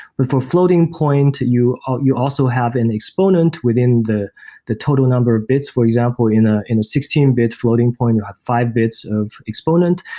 but for floating-point, you ah you also have an exponent within the the total number of bits. for example, in ah in a sixteen bit floating-point, you have five bits of exponent,